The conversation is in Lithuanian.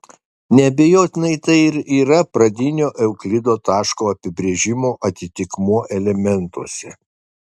neabejotinai tai ir yra pradinio euklido taško apibrėžimo atitikmuo elementuose